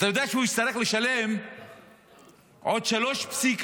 אתה יודע שהוא יצטרך לשלם עוד 3.8%